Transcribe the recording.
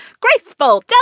Graceful